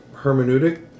hermeneutic